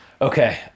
Okay